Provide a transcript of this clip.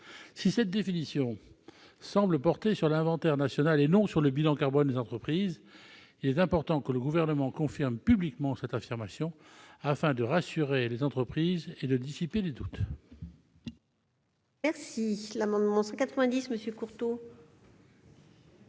la neutralité carbone semble porter sur l'inventaire national, et non sur le bilan carbone des entreprises, il est important que le Gouvernement le confirme publiquement, afin de rassurer les entreprises et de dissiper les doutes.